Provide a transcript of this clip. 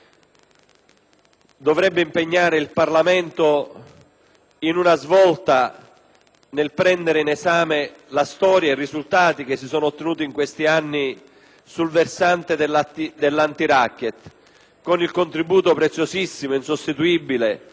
ad una svolta nel prendere in esame la storia e i risultati che si sono ottenuti in questi anni sul versante dell'antiracket con il contributo preziosissimo e insostituibile da parte delle associazioni antiracket.